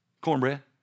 Cornbread